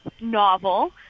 novel